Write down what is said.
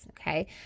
okay